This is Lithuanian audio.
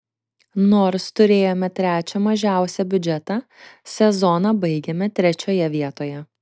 nors turėjome trečią mažiausią biudžetą sezoną baigėme trečioje vietoje